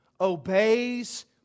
obeys